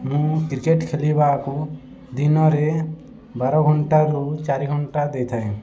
ମୁଁ କ୍ରିକେଟ ଖେଳିବାକୁ ଦିନରେ ବାର ଘଣ୍ଟାରୁ ଚାରି ଘଣ୍ଟା ଦେଇଥାଏ